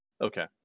okay